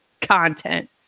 content